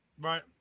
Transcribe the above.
right